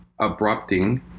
abrupting